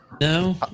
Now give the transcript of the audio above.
No